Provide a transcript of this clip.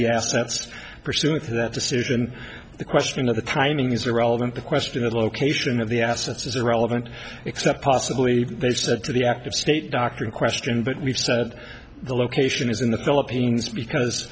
the assets pursuant to that decision the question of the timing is irrelevant the question of the location of the assets is irrelevant except possibly they said to the active state doctor in question but we've said the location is in the philippines because